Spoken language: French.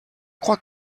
crois